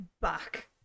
back